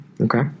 okay